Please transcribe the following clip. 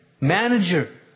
manager